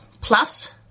plus